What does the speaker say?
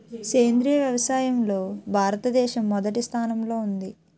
సేంద్రీయ వ్యవసాయంలో భారతదేశం మొదటి స్థానంలో ఉంది